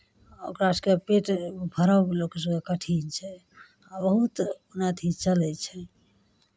ओकरा सभके पेट भरब लोक सभकेँ कठिन छै आ बहुत मने अथी चलै छै